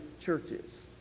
churches